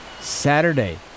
Saturday